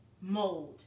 mode